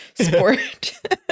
sport